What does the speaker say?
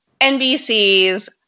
NBC's